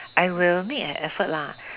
I will make an effort lah